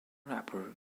rapper